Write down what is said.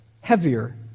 heavier